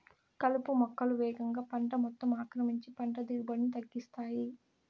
కలుపు మొక్కలు వేగంగా పంట మొత్తం ఆక్రమించి పంట దిగుబడిని తగ్గిస్తాయి